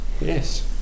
yes